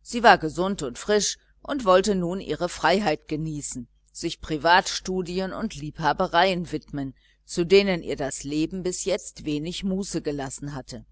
sie war gesund und frisch und wollte nun ihre freiheit genießen sich privatstudien und liebhabereien widmen zu denen ihr das leben bis jetzt wenig muße gelassen hatte